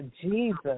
Jesus